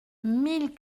mille